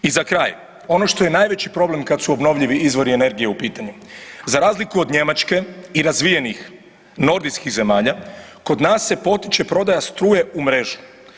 I za kraj, ono što je najveći problem kad su obnovljivi izvori energije u pitanju, za razliku od Njemačke i razvijenih nordijskih zemalja, kod se potiče prodaja struje u mrežu.